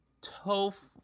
Tofu